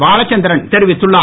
பாலச்சந்தரன் தெரிவித்துள்ளார்